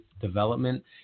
development